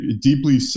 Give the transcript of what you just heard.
deeply